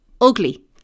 ugly